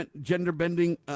gender-bending